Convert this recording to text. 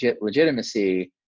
legitimacy